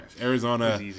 Arizona